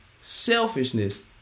selfishness